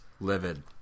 Livid